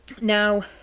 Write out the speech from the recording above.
Now